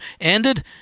ended